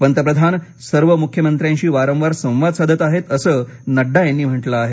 पंतप्रधान सर्व मुख्यमंत्र्यांशी वारंवार संवाद साधत आहेत असं नड्डा यांनी म्हटलं आहे